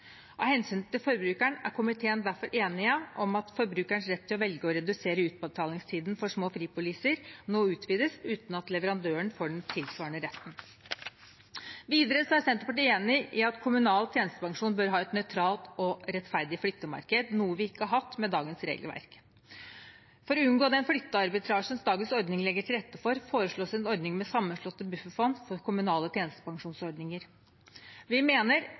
Av hensyn til forbrukeren er komiteen derfor enig om at forbrukerens rett til å velge å redusere utbetalingstiden for små fripoliser nå utvides uten at leverandøren får den tilsvarende retten. Videre er Senterpartiet enig i at kommunal tjenestepensjon bør ha et nøytralt og rettferdig flyttemarked, noe den ikke har hatt med dagens regelverk. For å unngå den flyttearbitrasjen dagens ordning legger til rette for, foreslås en ordning med sammenslåtte bufferfond for kommunale tjenestepensjonsordninger. Vi mener